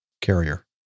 carrier